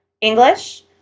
English